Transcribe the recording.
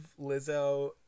Lizzo